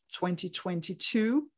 2022